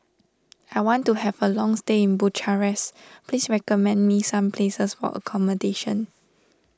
I want to have a long stay in Bucharest please recommend me some places accommodation